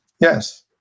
Yes